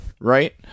right